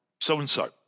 so-and-so